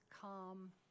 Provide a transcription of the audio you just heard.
calm